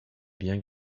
bien